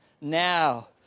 Now